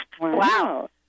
Wow